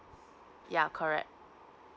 ya correct